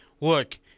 Look